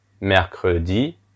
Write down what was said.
mercredi